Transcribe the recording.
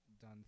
done